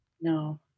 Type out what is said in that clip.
no